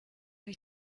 ich